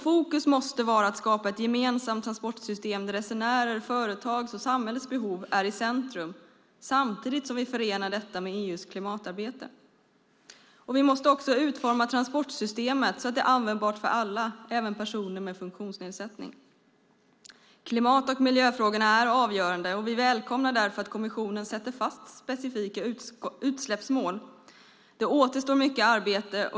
Fokus måste vara att skapa ett gemensamt transportsystem där resenärers, företags och samhällets behov är i centrum samtidigt som vi förenar detta med EU:s klimatarbete. Vi måste också utforma transportsystemet så att det är användbart för alla, och även personer med funktionsnedsättning. Klimat och miljöfrågorna är avgörande, och vi välkomnar därför att kommissionen sätter upp specifika utsläppsmål. Det återstår mycket arbete.